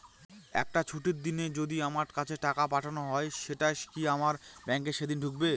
একটি ছুটির দিনে যদি আমার কাছে টাকা পাঠানো হয় সেটা কি আমার ব্যাংকে সেইদিন ঢুকবে?